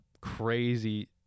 crazy